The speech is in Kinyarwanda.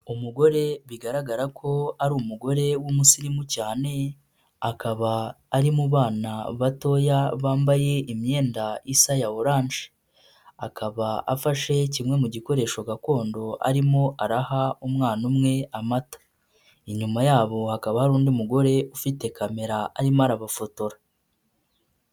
Umugore bigaragara ko ari umugore w'umusirimu cyane akaba ari mu bana batoya bambaye imyenda isa ya oranje, akaba afashe kimwe mu gikoresho gakondo arimo araha umwana umwe amata, inyuma yabo hakaba hari undi mugore ufite kamera arimo arabafotora.